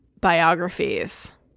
biographies